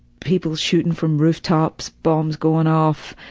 people shooting from rooftops, bombs going off.